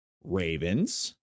Ravens